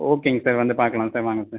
ஓகேங்க சார் வந்து பார்க்கலாம் சார் வாங்க சார்